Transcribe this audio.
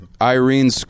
Irene